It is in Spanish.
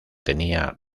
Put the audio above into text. tenía